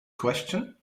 question